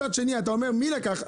מצד שני, אתה אומר מי לקח?